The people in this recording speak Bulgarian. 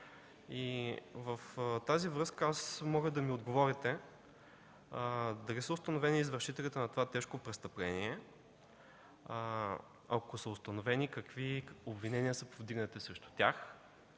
В тази връзка моля да ми отговорите дали са установени извършителите на това тежко престъпление? Ако са установени, какви обвинения са повдигнати срещу тях?